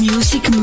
Music